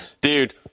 Dude